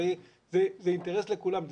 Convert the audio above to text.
הרי זה אינטרס של כולם.